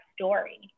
story